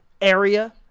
area